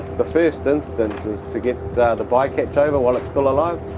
the first instance is to get the by-catch over while it's still alive,